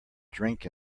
drink